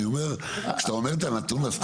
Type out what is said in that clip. אני אומר, כשאתה נותן את הנתון הספציפי.